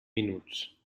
minuts